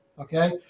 okay